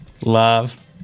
Love